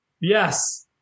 Yes